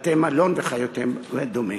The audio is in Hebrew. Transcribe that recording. בתי-מלון וכדומה.